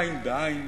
עין בעין